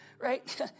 Right